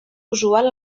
usual